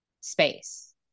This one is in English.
space